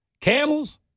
Camels